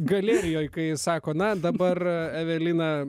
galerijoj kai sako na dabar evelina